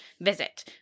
visit